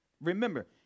Remember